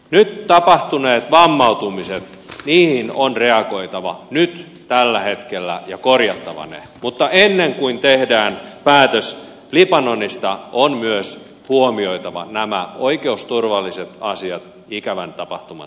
nyt tapahtuneisiin vammautumisiin on reagoitava nyt tällä hetkellä ja on korjattava ne mutta ennen kuin tehdään päätös libanonista on myös huomioitava nämä oikeusturvalliset asiat ikävän tapahtuman sattuessa